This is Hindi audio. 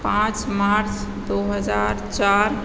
पाँच मार्च दो हजार चार